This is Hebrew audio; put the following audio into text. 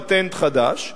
פטנט חדש,